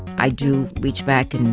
i do reach back and,